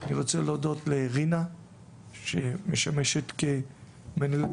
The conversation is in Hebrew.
אני רוצה להודות לרינה דביר שמשמשת כמנהלת